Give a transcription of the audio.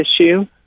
issue